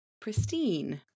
pristine